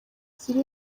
ziri